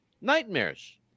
Nightmares